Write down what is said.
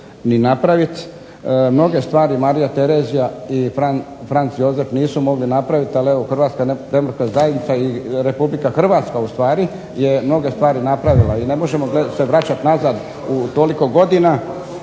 ni napravit, mnoge stvari Marija Terezija i Franz Josef nisu mogli napravit, ali evo Hrvatska demokratska zajednica i Republika Hrvatska ustvari je mnoge stvari napravila i ne možemo se vraćat nazad toliko godina.